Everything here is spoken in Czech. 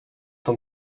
tom